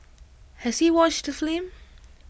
has he watched the film